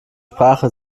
sprache